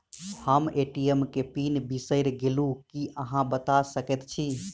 हम ए.टी.एम केँ पिन बिसईर गेलू की अहाँ बता सकैत छी?